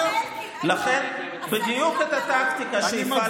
לכן בדיוק את הטקטיקה שהפעלתם,